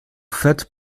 faites